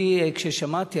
כששמעתי,